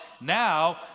Now